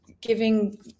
giving